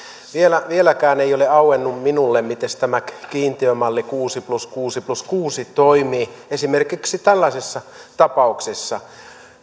vieläkään ei ole auennut minulle miten kiintiömalli kuusi plus kuusi plus kuusi toimii esimerkiksi tällaisessa tapauksessa